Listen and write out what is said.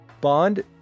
Bond